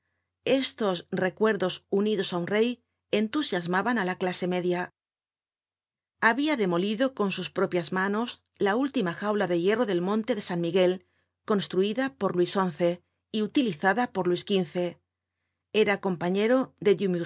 estos recuerdos unidos á un rey entusiasmaban á la clase media habia demolido con sus propias manos la última jaula de hierro del monte de san miguel construida por luis xi y utilizada por luis xv era compañero de